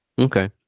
Okay